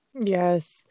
yes